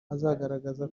azagaragaza